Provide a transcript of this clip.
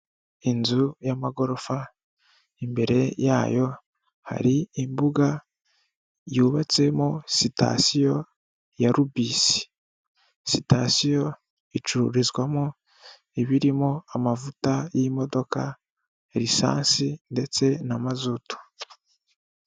Inzu y'amagorofa imbere yayo hari imbuga yubatsemo sitasiyo ya rubisi sitasiyo icururizwamo ibirimo amavuta y'imodoka lisansi ndetse na mazutu.